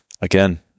Again